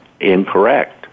incorrect